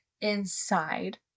inside